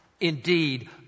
indeed